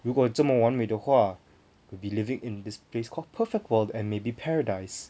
如果这么完美的话 we will be living in this place called perfect world and maybe paradise